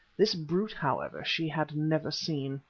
this brute, however, she had never seen,